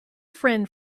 friend